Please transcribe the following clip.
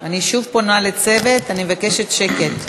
אני מבקשת שקט,